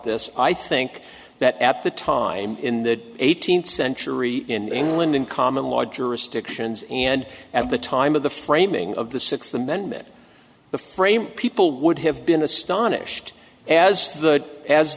this i think that at the time in the eighteenth century in england in common law jurisdictions and at the time of the framing of the sixth amendment the frame people would have been astonished as